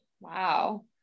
Wow